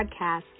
podcast